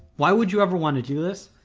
why would you ever want to do this?